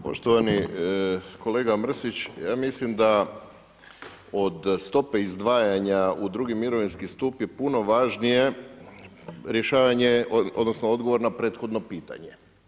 Poštovani kolega Mrsić, ja mislim da od stope izdvajanja u II. mirovinski stup je puno važnije rješavanje, odnosno odgovor na prethodno pitanje.